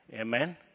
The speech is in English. Amen